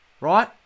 Right